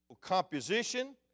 composition